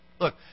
Look